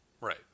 Right